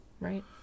Right